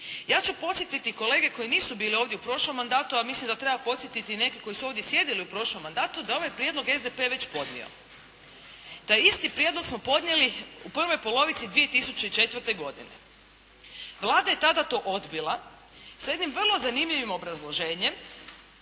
Ja ću podsjetiti kolege koji nisu bili ovdje u prošlom mandatu, a mislim da treba podsjetiti i neke koji su ovdje sjedili u prošlom mandatu, da je ovaj prijedlog SDP već podnio. Taj isti prijedlog smo podnijeli u prvoj polovici 2004. godine. Vlada je tada to odbila sa jednim vrlo zanimljivim obrazloženjem,